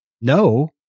No